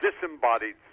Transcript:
disembodied